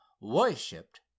worshipped